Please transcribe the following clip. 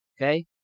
okay